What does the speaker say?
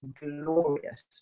glorious